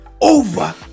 over